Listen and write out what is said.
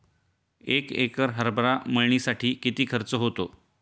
एक एकर हरभरा मळणीसाठी किती खर्च होतो?